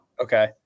okay